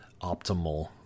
optimal